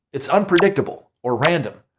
it's unpredictable or random,